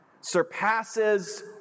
surpasses